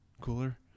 Cooler